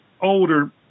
older